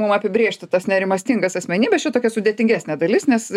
mum apibrėžti tas nerimastingas asmenybes čia tokia sudėtingesnė dalis nes